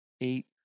eight